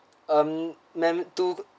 um ma'am to